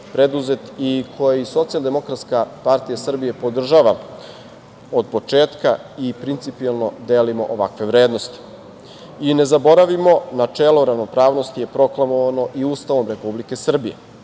i koji Socijaldemokratska partija Srbije podržava od početka i principijelno delimo ovakve vrednosti. Ne zaboravimo, načelo ravnopravnosti je proklamovano i Ustavom Republike Srbije.